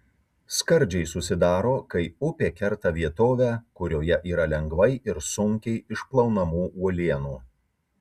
skardžiai susidaro kai upė kerta vietovę kurioje yra lengvai ir sunkiai išplaunamų uolienų